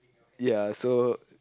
ya so